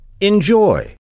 Enjoy